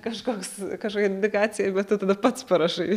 kažkoks kažkokia indikacija bet tu tada pats parašai